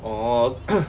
orh